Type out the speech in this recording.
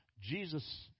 Jesus